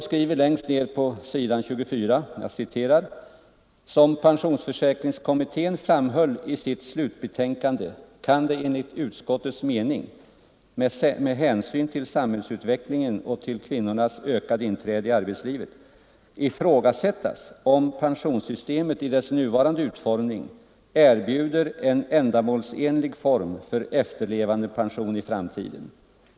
”Som pensionsförsäkringskommittén framhöll i sitt slutbetänkande kan det enligt utskottets mening — med hänsyn till samhällsutvecklingen och till kvinnornas ökade utträde i arbetslivet — ifrågasättas om pensionssystemet i dess nuvarande utformning erbjuder en ändamålsenlig form för efterlevandepensionen i framtiden.